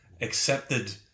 accepted